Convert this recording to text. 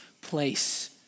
place